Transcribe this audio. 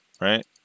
right